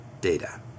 data